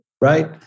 right